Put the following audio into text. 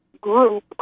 group